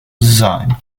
design